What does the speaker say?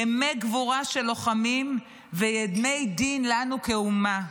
ימי גבורה של לוחמים וימי דין לנו כאומה.